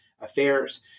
affairs